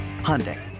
Hyundai